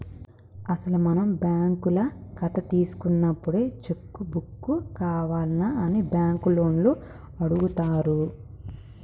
అసలు మనం బ్యాంకుల కథ తీసుకున్నప్పుడే చెక్కు బుక్కు కావాల్నా అని బ్యాంకు లోన్లు అడుగుతారు